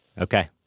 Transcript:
Okay